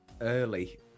early